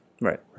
Right